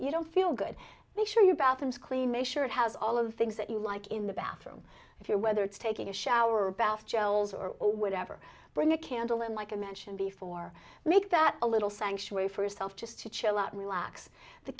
you don't feel good make sure your bathrooms clean make sure it has all of things that you like in the bathroom if your whether it's taking a shower or bath gels or whatever bring a candle and like i mentioned before make that a little sanctuary for yourself just to chill out relax the